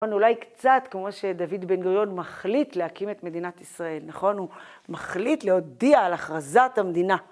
נכון, אולי קצת כמו שדוד בן גוריון מחליט להקים את מדינת ישראל, נכון? הוא מחליט להודיע על הכרזת המדינה.